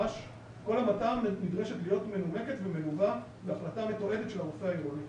כל המתה נדרשת להיות מנומקת ומלווה בהחלטה מתועדת של הרופא העירוני.